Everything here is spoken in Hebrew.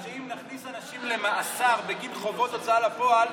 את יודעת שאם נכניס אנשים למאסר בגין חובות הוצאה לפועל,